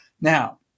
Now